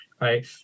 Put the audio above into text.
right